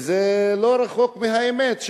וזה לא רחוק מהאמת.